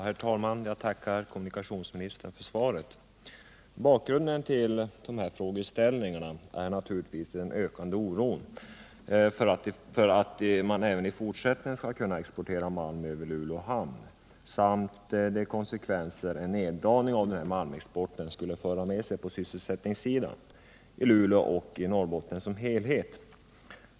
Herr talman! Jag tackar kommunikationsministern för svaret. Bakgrunden till min interpellation är naturligtvis den ökade oron beträffande möjligheten att även i fortsättningen exportera malm över Luleå hamn samt de konsekvenser en neddragning av malmexporten skulle föra med sig på sysselsättningssidan i Luleå och i Norrbotten som helhet.